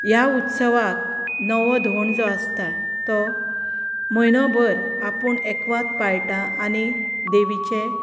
ह्या उत्सवाक नवो धोंड जो आसता तो म्हयनो भर आपूण एकवात पाळटा आनी देवीचें